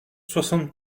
soixante